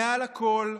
מעל הכול,